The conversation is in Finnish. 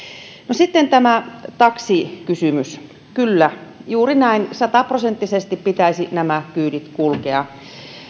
sitten tämä taksikysymys kyllä juuri näin sataprosenttisesti pitäisi näiden kyytien kulkea